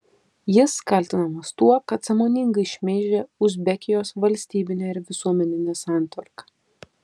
jis kaltinamas tuo kad sąmoningai šmeižė uzbekijos valstybinę ir visuomeninę santvarką